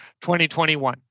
2021